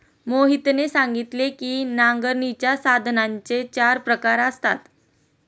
मोहितने सांगितले की नांगरणीच्या साधनांचे चार प्रकार असतात